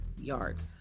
yards